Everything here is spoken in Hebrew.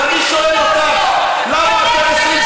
ברור.